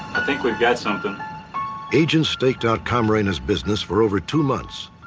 i think we've got something agents staked out camarena's business for over two months.